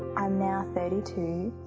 i'm now thirty two,